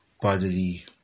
bodily